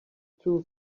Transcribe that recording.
two